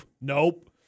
nope